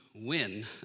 Win